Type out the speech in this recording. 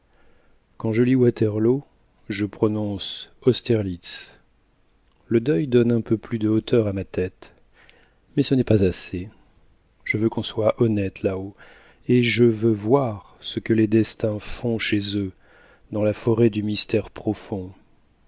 quand je lis waterloo je prononce austerlitz le deuil donne un peu plus de hauteur à ma tête mais ce n'est pas assez je veux qu'on soit honnête là-haut et je veux voir ce que les destins font chez eux dans la forêt du mystère profond